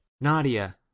nadia